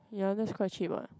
ya that's quite cheap what